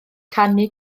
canu